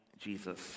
Jesus